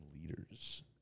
leaders